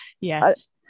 Yes